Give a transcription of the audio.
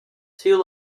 two